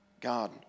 God